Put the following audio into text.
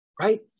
right